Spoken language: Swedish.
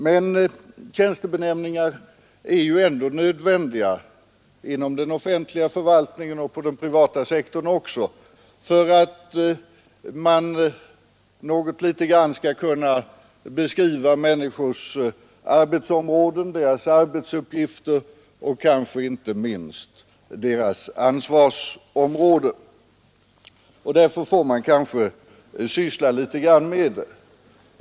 Men tjänstebenämningar är ändå nödvändiga inom den offentliga förvaltningen, liksom i den privata sektorn, för att man något litet skall kunna beskriva människors arbetsområden, deras arbetsuppgifter och, kanske inte minst, deras ansvarsområden, och vi måste därför syssla med dem.